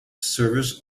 service